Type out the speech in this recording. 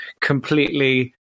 completely